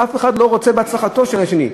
אף אחד לא רוצה בהצלחתו של השני.